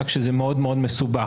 רק שזה מאוד מאוד מסובך,